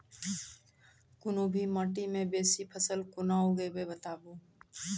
कूनू भी माटि मे बेसी फसल कूना उगैबै, बताबू?